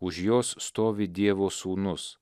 už jos stovi dievo sūnus